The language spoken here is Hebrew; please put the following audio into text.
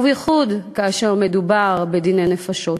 ובייחוד כאשר מדובר בדיני נפשות,